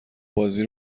بازی